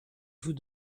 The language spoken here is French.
vous